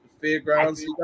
fairgrounds